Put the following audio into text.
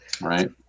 right